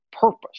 purpose